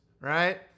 right